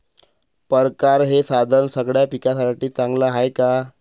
परकारं हे साधन सगळ्या पिकासाठी चांगलं हाये का?